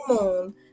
moon